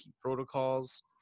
protocols